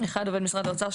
(1)עובד משרד האוצר,